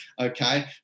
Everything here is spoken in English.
Okay